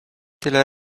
tyle